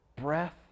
breath